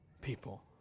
people